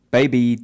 Baby